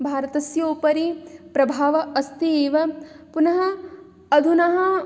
भारतस्योपरि प्रभावः अस्ति एव पुनः अधुना